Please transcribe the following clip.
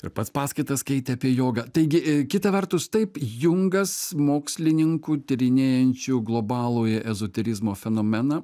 ir pats paskaitas keitė apie jogą taigi kita vertus taip jungas mokslininkų tyrinėjančių globalųjį ezoterizmo fenomeną